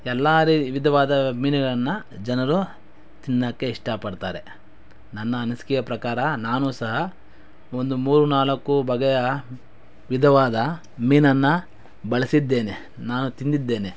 ಎಲ್ಲ ರಿ ವಿಧವಾದ ಮೀನುಗಳನ್ನು ಜನರು ತಿನ್ನೋಕ್ಕೆ ಇಷ್ಟಪಡ್ತಾರೆ ನನ್ನ ಅನಿಸಿಕೆಯ ಪ್ರಕಾರ ನಾನು ಸಹ ಒಂದು ಮೂರು ನಾಲ್ಕು ಬಗೆಯ ವಿಧವಾದ ಮೀನನ್ನು ಬಳಸಿದ್ದೇನೆ ನಾನು ತಿಂದಿದ್ದೇನೆ